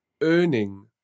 earning